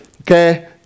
okay